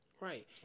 Right